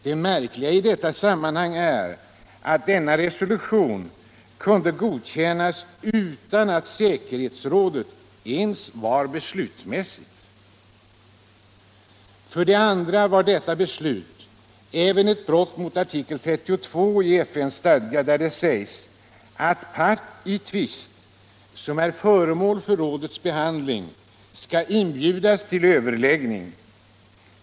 Det märkliga i detta sammanhang är att denna resolution kunde godkännas utan att säkerhetsrådet ens var beslutsmässigt. Vidare var detta beslut även ett brott mot artikel 32 i FN:s stadga, där det sägs att part i tvist, som är föremål för rådets behandling, skall inbjudas till överläggning.